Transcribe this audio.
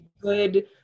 good